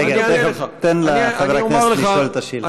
רגע, תן לחבר הכנסת לשאול את השאלה.